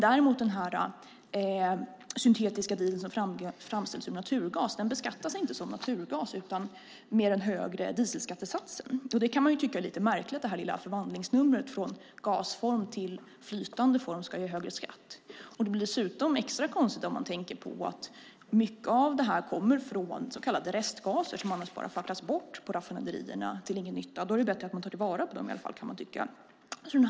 Den syntetiska diesel som framställs ur naturgas beskattas däremot inte som naturgas utan med den högre dieselskattesatsen. Man kan tycka att detta lilla förvandlingsnummer från gasform till flytande form ska ge högre skatt. Det blir dessutom extra konstigt om man tänker på att mycket av detta kommer från så kallade restgaser som annars bara facklas bort på raffinaderierna till ingen nytta. Då kan man tycka att det är bättre att man tar till vara på dem.